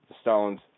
Stones